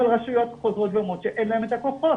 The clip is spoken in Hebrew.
רשויות חוזרות ואומרות שאין להן את הכוחות,